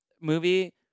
movie